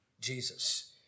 Jesus